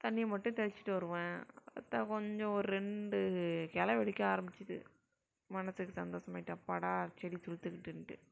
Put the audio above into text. தண்ணீர் மட்டும் தெளிச்சிட்டு வருவேன் பார்த்தா கொஞ்சம் ஒரு ரெண்டு கிள வெடிக்க ஆரம்மிச்சிது மனசுக்கு சந்தோஷமாய்ட்டு அப்பாடா செடி துளிர்த்துகிட்டுன்ட்டு